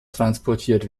transportiert